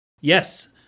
Yes